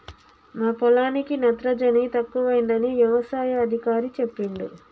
మా పొలానికి నత్రజని తక్కువైందని యవసాయ అధికారి చెప్పిండు